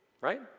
Right